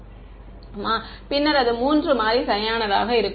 மாணவர் பின்னர் அது மூன்று மாறி சரியானதாக இருக்கும்